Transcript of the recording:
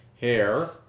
hair